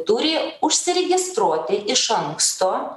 turi užsiregistruoti iš anksto